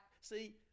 see